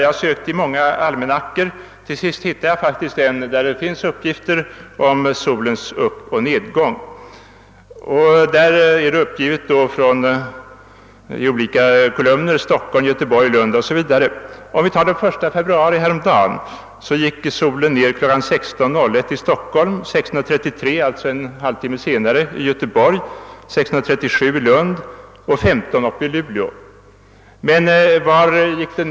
Jag har sökt i många almanackor, och till sist hittade jag faktiskt en med uppgifter om solens uppoch nedgång. I olika kolumner uppges där tiderna för Stockholm, Göteborg, Lund 0. s. v. Den 1 februari gick solen ned klockan 16.01 i Stockholm, 16.33 — alltså en halvtimme senare i Göteborg, 16.37 i Lund och klockan 15.00 i Luleå.